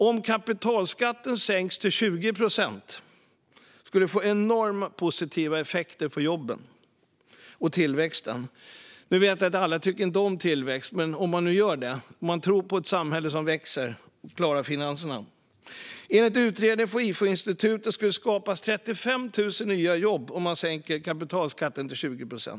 Om kapitalskatten sänktes till 20 procent skulle det få enormt positiva effekter på jobben och tillväxten - jag vet att inte alla tycker om tillväxt, men om man nu gör det, om man tror på ett samhälle som växer och klarar finanserna. Enligt en utredning från IFO-institutet skulle det skapas 35 000 nya jobb om man sänkte kapitalskatten till 20 procent.